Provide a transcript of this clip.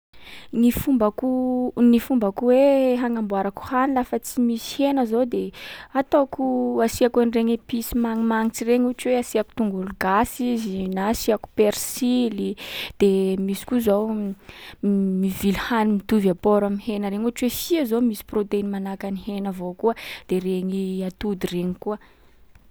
Ny fombako- ny fombako hoe hanamboarako hanina fa tsy misy hena zao de hataoko- asiàko an’reny épice manimanitsy reny. Ohatra hoe asiàko togolo gasy izy, na asiàko persily. De misy koa zao mivily hany mitovy apport am'hena reny ohatra hoe fia zao misy proteiny manahaka ny hena avao koa, de regny atody reny koa.